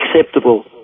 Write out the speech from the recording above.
acceptable